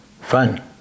Fun